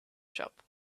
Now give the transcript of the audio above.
shop